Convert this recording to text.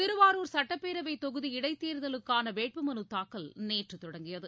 திருவாரூர் சட்டப்பேரவை தொகுதி இடைத்தேர்தலுக்கான வேட்பு மனுத்தாக்கல் நேற்று தொடங்கியது